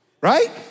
Right